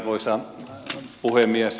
arvoisa puhemies